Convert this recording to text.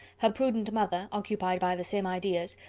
her prudent mother, occupied by the same ideas,